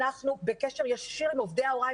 אנחנו בקשר ישיר עם עובדי ההוראה,